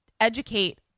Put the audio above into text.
educate